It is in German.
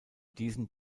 diesen